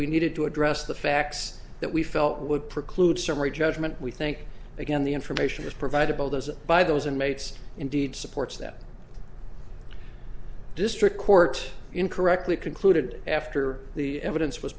we needed to address the facts that we felt would preclude summary judgment we think again the information was provided by those by those inmates indeed supports that district court incorrectly concluded after the evidence was